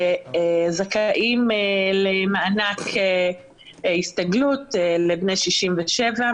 וזכאים למענק הסתגלות לבני 67,